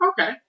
Okay